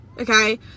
Okay